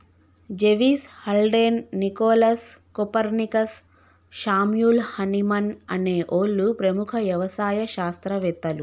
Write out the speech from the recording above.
జెవిస్, Haldane, Nicholas, Copernicus, Samuel Hahnemann అనే ఓళ్ళు ప్రముఖ యవసాయ శాస్త్రవేతలు